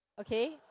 okay